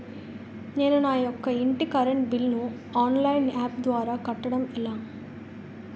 నేను నా యెక్క ఇంటి కరెంట్ బిల్ ను ఆన్లైన్ యాప్ ద్వారా కట్టడం ఎలా?